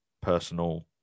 personal